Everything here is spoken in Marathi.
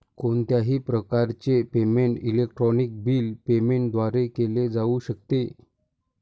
कोणत्याही प्रकारचे पेमेंट इलेक्ट्रॉनिक बिल पेमेंट द्वारे केले जाऊ शकते